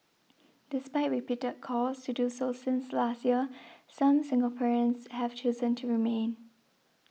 despite repeated calls to do so since last year some Singaporeans have chosen to remain